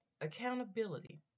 Accountability